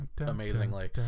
amazingly